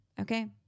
Okay